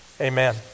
amen